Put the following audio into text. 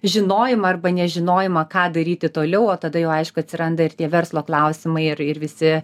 žinojimą arba nežinojimą ką daryti toliau o tada jau aišku atsiranda ir tie verslo klausimai ir ir visi